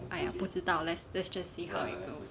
!aiya! 不知道 leh let's just see how it goes